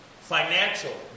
financial